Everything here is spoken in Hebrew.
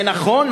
זה נכון,